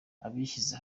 abishyize